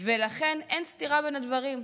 ולכן אין סתירה בין הדברים.